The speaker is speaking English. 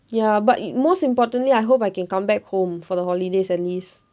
ya but most importantly I hope I can come back home for the holidays at least